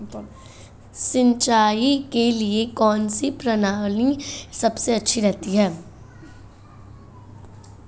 सिंचाई के लिए कौनसी प्रणाली सबसे अच्छी रहती है?